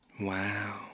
Wow